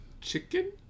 chicken